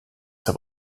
have